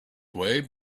way